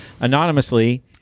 anonymously